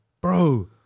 Bro